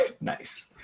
nice